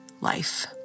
life